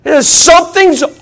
Something's